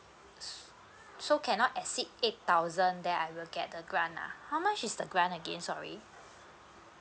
so cannot exceed eight thousand then I will get the grant lah how much is the grant again sorry